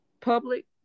public